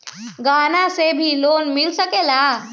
गहना से भी लोने मिल सकेला?